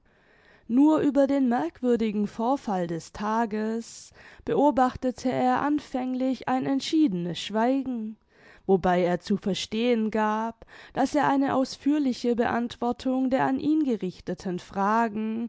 nur über den merkwürdigen vorfall des tages beobachtete er anfänglich ein entschiedenes schweigen wobei er zu verstehen gab daß er eine ausführliche beantwortung der an ihn gerichteten fragen